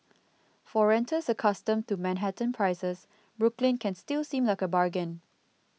for renters accustomed to Manhattan prices Brooklyn can still seem like a bargain